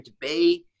debate